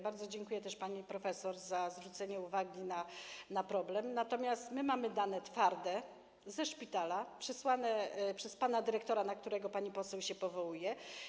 Bardzo dziękuję pani profesor za zwrócenie uwagi na problem, natomiast my mamy twarde dane ze szpitala, przesłane przez pana dyrektora, na którego pani poseł się powołuje.